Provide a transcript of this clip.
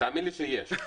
תאמין לי שיש אבק.